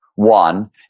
One